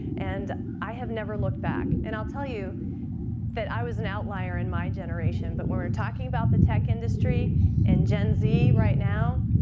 and i have never looked back. and i'll tell you that i was an outlier in my generation. but when we're talking about the tech industry and gen z, right now,